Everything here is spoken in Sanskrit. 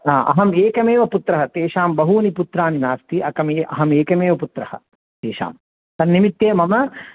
हा अहमेकमेव पुत्रः तेषां बहूनि पुत्राणि नास्ति अक् अहमेकमेव पुत्रः तेषां तन्निमित्ते मम